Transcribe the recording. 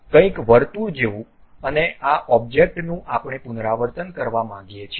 કંઈક વર્તુળ જેવું અને આ ઑબ્જેક્ટનું આપણે પુનરાવર્તન કરવા માંગીએ છીએ